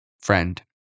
friend